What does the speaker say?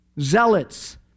zealots